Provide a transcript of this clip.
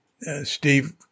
Steve